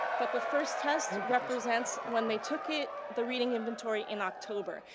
but the first test represents when they took it, the reading inventory, in october.